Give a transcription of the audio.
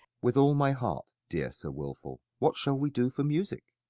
with all my heart, dear sir wilfull. what shall we do for music?